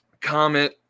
comment